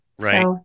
Right